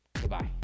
Goodbye